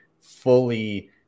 fully